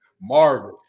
Marvin